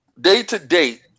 Day-to-date